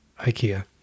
Ikea